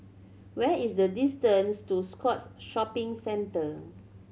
where is the distance to Scotts Shopping Centre